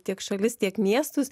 tiek šalis tiek miestus